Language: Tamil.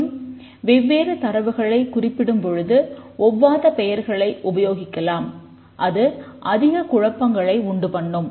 மற்றும் வெவ்வேறு தரவுகளை குறிப்பிடும்பொழுது ஒவ்வாத பெயர்களை உபயோகிக்கலாம் அது அதிகக் குழப்பங்களை உண்டு பண்ணும்